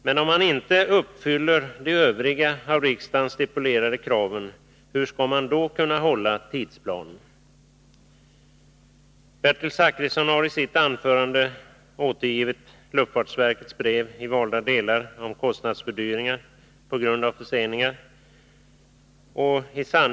Men om man inte uppfyller de övriga av riksdagen stipulerade kraven, hur skall man då kunna hålla tidsplanen? Bertil Zachrisson har återgivit luftfartsverkets brev i valda delar, där kostnadsfördyringar på grund av förseningar redovisas.